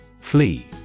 Flee